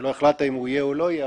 שלא החלטת אם הוא יהיה או לא יהיה.